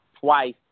twice